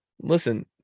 Listen